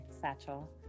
satchel